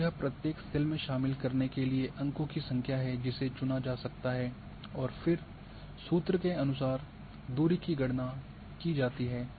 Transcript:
तो यह प्रत्येक सेल में शामिल करने के लिए अंकों की संख्या है जिसे चुना जा सकता है और फिर सूत्र के अनुसार दूरी की गणना की जाती है